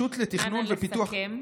נא לסכם.